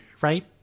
right